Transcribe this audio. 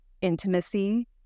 intimacy